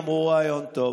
אמרו: רעיון טוב.